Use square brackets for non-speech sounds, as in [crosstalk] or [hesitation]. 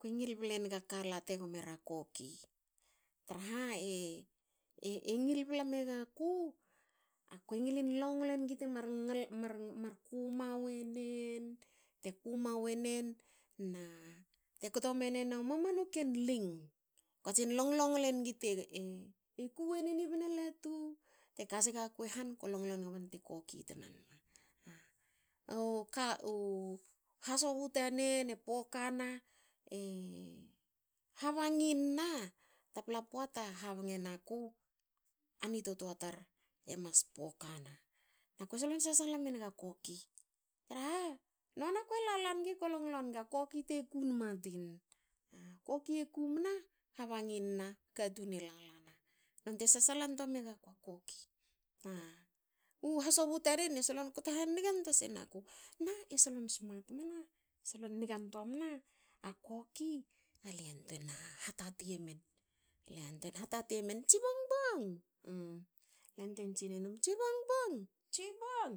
Kue ngil ble naga kala te gmo era koki traha e ngil bla megaku kue ngilin longle nigi te mar kuma wenen. te kuma wenen na te kto menen u mamanu ken ling. katsin long longle nigi te ku wenen i bna latu. Te ka sigaku i han. ko longlo nigi bante koki tnanma. Uka u hasobu tanen e pokana e [hesitation] habanginna taplan pota habnge naku a ni totoa tar e mas pokana. Akue solon sasala menga koki traha, nona kue lala nigi. ko longlo nigi a koki te kuma nama tin. koki e kumna habanginna katun e lala na. Nonte sasalan toa megaku a koki. U hasobu tanen e solon kto hangen toa senuku na e solon smat mna. solon ngantoa mna. a koki ale yantuein na hatati emen alue yantuein hatati emen," tsi bongbong."le yantuein tsi nenum,"tsi bongbong. tsibong".